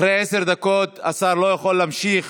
אחרי עשר דקות השר לא יכול להמשיך